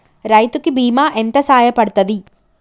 రైతు కి బీమా ఎంత సాయపడ్తది?